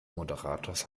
moderators